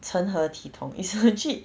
成何体统 is legit